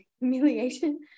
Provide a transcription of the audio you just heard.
humiliation